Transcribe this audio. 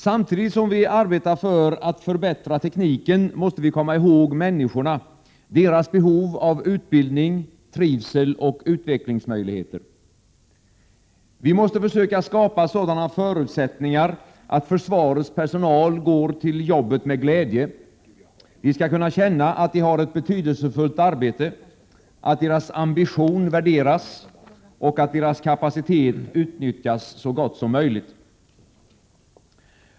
Samtidigt som vi arbetar för att förbättra tekniken, måste vi komma ihåg människorna — deras behov av utbildning, deras trivsel och deras utvecklingsmöjligheter. Vi måste försöka skapa förutsättningar som leder till att försvarets personal går till jobbet med glädje. De anställda skall kunna känna att de har ett betydelsefullt arbete, att deras ambition värderas och att deras kapacitet utnyttjas i så stor utsträckning som möjligt.